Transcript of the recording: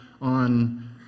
on